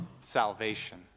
salvation